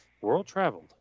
World-traveled